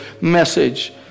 message